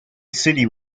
city